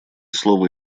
слово